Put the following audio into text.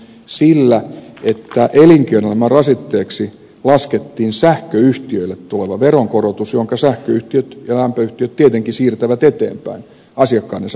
sillä että elinkeinoelämän rasitteeksi laskettiin sähköyhtiöille tuleva veronkorotus jonka sähköyhtiöt ja lämpöyhtiöt tietenkin siirtävät eteenpäin asiakkaidensa maksettavaksi